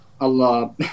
Allah